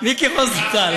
מיקי רוזנטל.